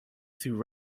through